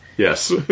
Yes